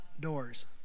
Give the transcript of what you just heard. doors